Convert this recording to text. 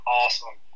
awesome